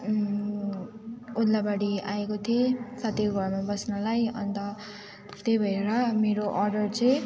ओदलाबारी आएको थिएँ साथीको घरमा बस्नलाई अन्त त्यही भएर मेरो अर्डर चाहिँ